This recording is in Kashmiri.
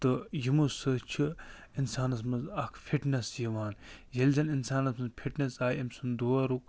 تہٕ یِمو سۭتۍ چھُ اِنسانس منٛز اَکھ فِٹنٮ۪س یِوان ییٚلہِ زن اِنسانس منٛز فِٹنٮ۪س آیہِ أمۍ سنٛد دورُک